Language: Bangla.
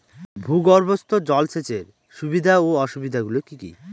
ভূগর্ভস্থ জল সেচের সুবিধা ও অসুবিধা গুলি কি কি?